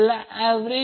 8 तर sin 2 0